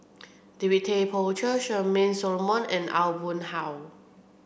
David Tay Poey Cher Charmaine Solomon and Aw Boon Haw